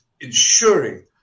ensuring